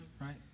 right